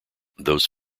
those